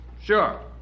Sure